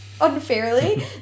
unfairly